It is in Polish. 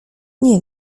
nie